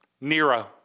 Nero